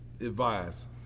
advice